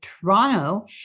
Toronto